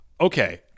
okay